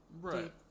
Right